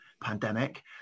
pandemic